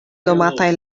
nomataj